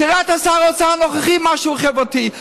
תראה את שר האוצר הנוכחי, כמה שהוא חברתי.